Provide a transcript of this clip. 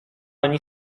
ani